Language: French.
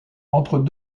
entre